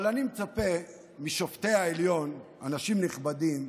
אבל אני מצפה משופטי העליון, אנשים נכבדים,